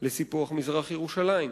לסיפוח מזרח-ירושלים.